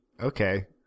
Okay